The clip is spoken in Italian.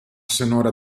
sonora